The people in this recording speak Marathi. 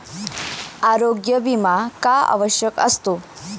आरोग्य विमा का आवश्यक असतो?